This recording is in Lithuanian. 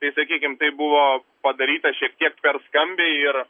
tai sakykim tai buvo padaryta šiek tiek per skambiai ir